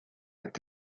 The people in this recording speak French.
est